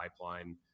pipeline